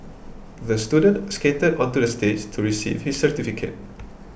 the student skated onto the stage to receive his certificate